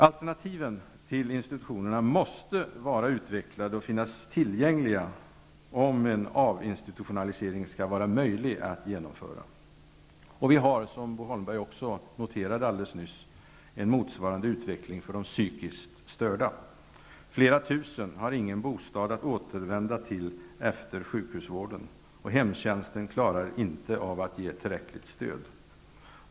Alternativen till institutionerna måste vara utvecklade och finnas tillgängliga om en avinstitutionalisering skall vara möjlig att genomföra. Vi har, som Bo Holmberg också noterade alldeles nyss, en motsvarande utveckling för de psykiskt störda. Flera tusen personer har ingen bostad att återvända till efter sjukhusvården, och hemtjänsten klarar inte av att ge tillräckligt stöd.